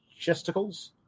chesticles